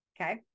okay